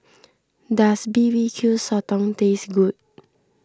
does B B Q Sotong taste good